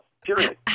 Period